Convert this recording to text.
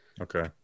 Okay